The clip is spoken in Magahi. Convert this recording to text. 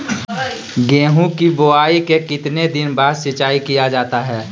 गेंहू की बोआई के कितने दिन बाद सिंचाई किया जाता है?